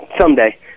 someday